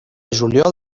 juliol